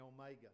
omega